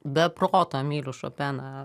be proto myliu šopeną